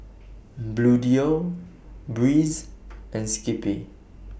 Bluedio Breeze and Skippy